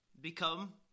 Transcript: become